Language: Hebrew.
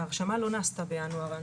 ההרשמה לא נעשתה בינואר,